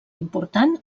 important